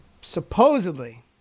Supposedly